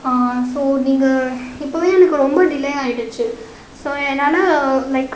so நீங்கள் இப்பவே எனக்கு ரொம்ப டிலே ஆகிடுச்சி ஸோ என்னால் லைக்